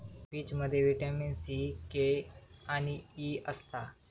पीचमध्ये vitamin C, K आणि E असता